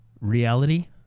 reality